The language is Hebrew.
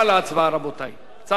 הצעת חוק מס ערך מוסף (תיקון,